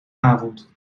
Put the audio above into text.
avond